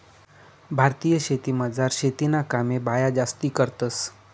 भारतीय शेतीमझार शेतीना कामे बाया जास्ती करतंस